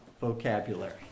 vocabulary